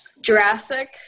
jurassic